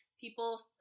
people